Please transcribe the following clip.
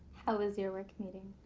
how was your work meeting?